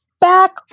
Back